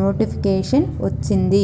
notification వచ్చింది